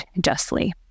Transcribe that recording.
justly